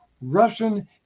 Russian